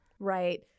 Right